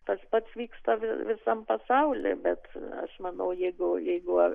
tas pats vyksta visam pasauly bet aš manau jeigu jeigu